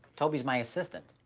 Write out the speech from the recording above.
toby's my assistant.